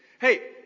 Hey